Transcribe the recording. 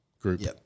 group